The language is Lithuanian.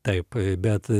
taip bet